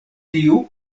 tiu